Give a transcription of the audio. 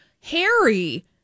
Harry